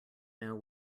know